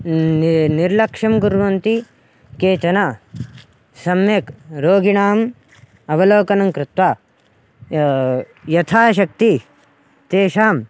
नि निर्लक्ष्यं कुर्वन्ति केचन सम्यक् रोगिणाम् अवलोकनं कृत्वा यथाशक्ति तेषां